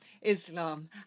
Islam